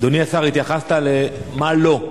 אדוני השר, התייחסת לְמה לא.